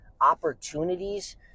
opportunities